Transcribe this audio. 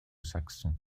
saxon